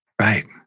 Right